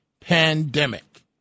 pandemic